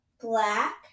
black